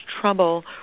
trouble